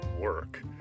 work